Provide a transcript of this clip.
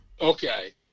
Okay